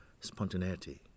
spontaneity